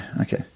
Okay